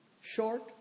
short